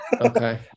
Okay